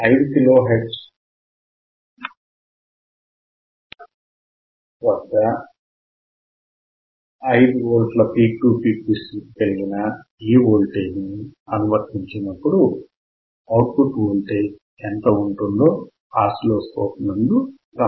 5 kilohertz పౌనఃపున్యం వద్ద 5 volt peak to peak విస్తృతి కలిగిన ఈ వోల్టేజ్ ని అనువర్తించినప్పుడు అవుట్ పుట్ వోల్టేజ్ ఎంత వుంటుందో ఆసిలోస్కోప్ నందు గమనిద్దాం